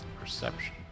Perception